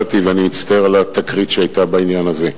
בעניין הזה.